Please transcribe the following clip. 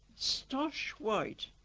stosh white,